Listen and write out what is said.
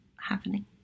happening